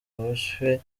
bubashywe